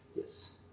Yes